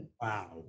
Wow